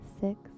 six